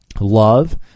Love